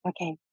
Okay